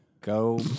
go